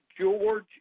George